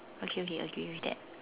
okay okay agree with that